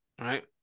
Right